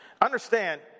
Understand